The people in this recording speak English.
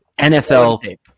NFL